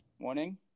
Morning